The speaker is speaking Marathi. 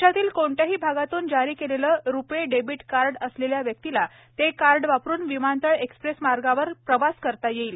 देशातील कोणत्याही भागातून जारी केलेले रुपे डेबिट कार्ड असलेल्या व्यक्तीला ते कार्ड वापरून विमानतळ एक्सप्रेस मार्गावर प्रवास करता येईल